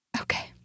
okay